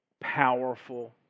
powerful